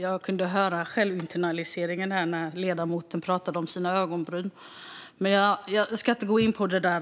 Jag kunde höra självinternaliseringen här när ledamoten talade om sina ögonbryn. Men jag ska inte gå in på det.